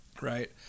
Right